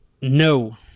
No